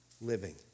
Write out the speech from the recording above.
living